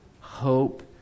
hope